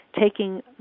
taking